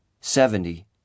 Seventy